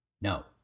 No